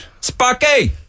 Sparky